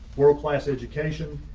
world class education,